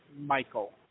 Michael